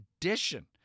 condition